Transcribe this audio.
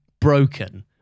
broken